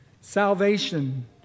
salvation